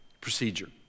procedure